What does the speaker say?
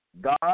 God